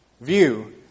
view